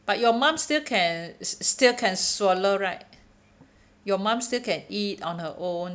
but your mum still can still can swallow right your mum still can eat on her own